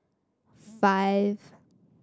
five